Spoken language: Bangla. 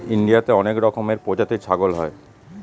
ইন্ডিয়াতে অনেক রকমের প্রজাতির ছাগল হয়